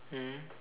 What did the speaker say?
mm